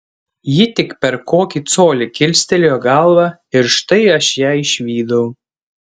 ji tik per kokį colį kilstelėjo galvą ir štai aš ją išvydau